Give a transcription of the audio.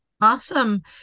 awesome